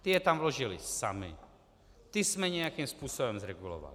Ty je tam vložily samy, ty jsme nějakým způsobem regulovali.